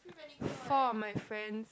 four of my friends